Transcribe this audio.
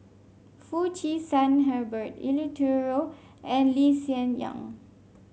Foo Chee San Herbert Eleuterio and Lee Hsien Yang